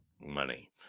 money